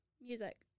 Music